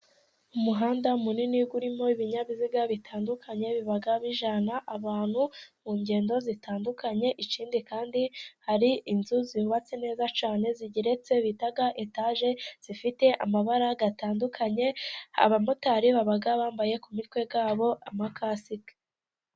Umuhanda munini urimo ibinyabiziga bitandukanye biba bijyana abantu mu ngendo zitandukanye, ikindi kandi hari inzu zubatse neza cyane zigeretse bita etaje, zifite amabara atandukanye. Abamotari baba bambaye ku mitwe yabo amakasike.